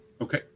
Okay